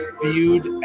viewed